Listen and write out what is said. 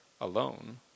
alone